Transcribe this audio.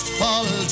fall